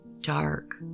dark